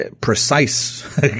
precise